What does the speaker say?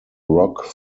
rock